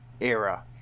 era